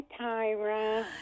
Tyra